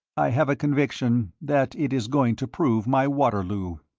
i have a conviction that it is going to prove my waterloo.